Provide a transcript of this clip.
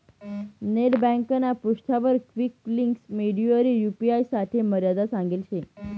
net ब्यांकना पृष्ठावर quick links मेंडवरी यू.पी.आय साठे मर्यादा सांगेल शे